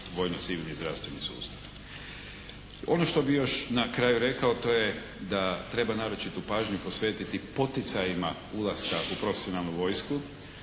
vojno-civilni zdravstveni sustav. Ono što bih još na kraju rekao to je da treba naročitu pažnju posvetiti poticajima ulaska u profesionalnu vojsku,